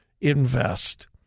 invest